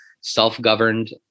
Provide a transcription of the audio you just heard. self-governed